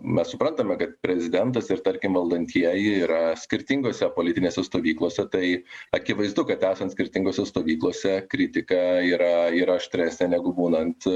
mes suprantame kad prezidentas ir tarkim valdantieji yra skirtingose politinėse stovyklose tai akivaizdu kad esant skirtingose stovyklose kritika yra yra aštresnė negu būnant